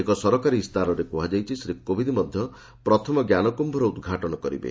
ଏକ ସରକାରୀ ଇସ୍ତାହାରରେ କୁହାଯାଇଛି ଶ୍ରୀ କୋବିନ୍ଦ୍ ମଧ୍ୟ ପ୍ରଥମ ଜ୍ଞାନକ୍ୟୁର ଉଦ୍ଘାଟନ କରିବେ